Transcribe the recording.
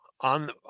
on